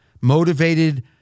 motivated